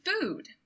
food